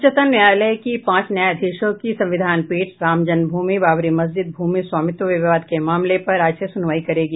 उच्चतम न्यायालय की पांच न्यायाधीशों की संविधान पीठ राम जन्मभूमि बाबरी मस्जिद भूमि स्वामित्व विवाद के मामले पर आज से सुनवाई शुरू करेगी